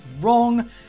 wrong